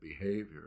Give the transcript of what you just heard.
behavior